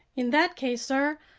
in that case, sir,